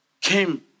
Came